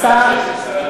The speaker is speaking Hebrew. אז אין